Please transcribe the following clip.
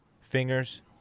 fingers